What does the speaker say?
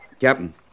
Captain